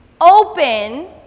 open